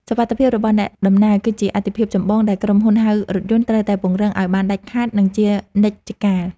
សុវត្ថិភាពរបស់អ្នកដំណើរ គឺជាអាទិភាពចម្បងដែលក្រុមហ៊ុនហៅរថយន្តត្រូវតែពង្រឹងឱ្យបានដាច់ខាត និងជានិច្ចកាល។